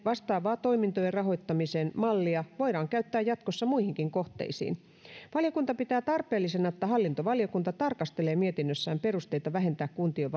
vastaavaa toimintojen rahoittamisen mallia voidaan käyttää jatkossa muihinkin kohteisiin valiokunta pitää tarpeellisena että hallintovaliokunta tarkastelee mietinnössään perusteita vähentää kuntien